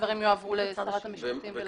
הדברים יועברו לשרת המשפטים ולוועדה.